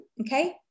okay